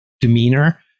demeanor